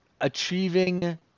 Achieving